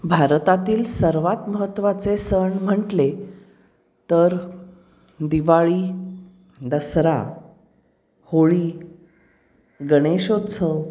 भारतातील सर्वात महत्वाचे सण म्हटले तर दिवाळी दसरा होळी गणेशोत्सव